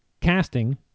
Casting